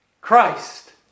Christ